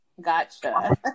Gotcha